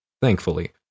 thankfully